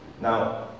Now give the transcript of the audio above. Now